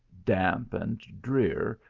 damp and drear,